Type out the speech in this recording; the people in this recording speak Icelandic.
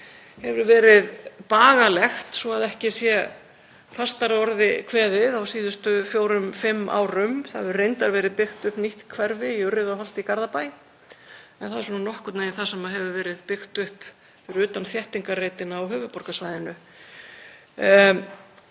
hefur verið bagalegt, svo að ekki sé fastar að orði kveðið, á síðustu fjórum, fimm árum. Það hefur reyndar verið byggt upp nýtt hverfi í Urriðaholti í Garðabæ en það er nokkurn veginn það sem hefur verið byggt upp fyrir utan þéttingarreitina á höfuðborgarsvæðinu.